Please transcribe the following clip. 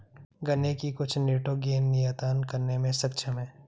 गन्ने की कुछ निटोगेन नियतन करने में सक्षम है